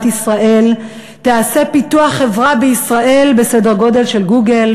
ישראל ייתן פיתוח חברה בסדר גודל של "גוגל",